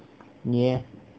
你 eh